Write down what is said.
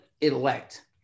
elect